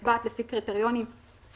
הזכאות נקבעת לפי קריטריונים סוציו-אקונומי,